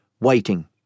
waiting